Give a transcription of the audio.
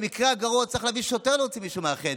במקרה הגרוע הוא צריך להביא שוטר כדי להוציא מישהו מהחדר,